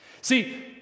See